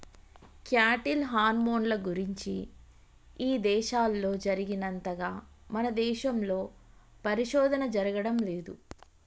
cattle హార్మోన్ల గురించి ఇదేశాల్లో జరిగినంతగా మన దేశంలో పరిశోధన జరగడం లేదు